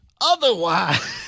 otherwise